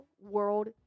world